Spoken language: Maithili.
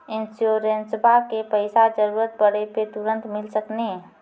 इंश्योरेंसबा के पैसा जरूरत पड़े पे तुरंत मिल सकनी?